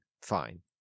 fine